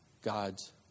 God's